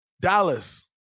Dallas